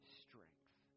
strength